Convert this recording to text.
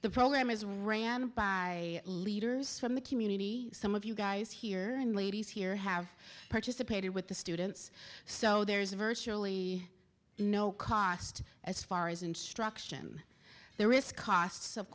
the program is ran by leaders from the community some of you guys here and ladies here have participated with the students so there's virtually no cost as far as instruction the risk costs of